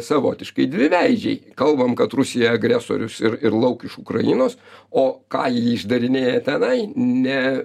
savotiškai dviveidžiai kalbam kad rusija agresorius ir ir lauk iš ukrainos o ką ji išdarinėja tenai ne